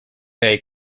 day